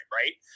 right